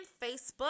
Facebook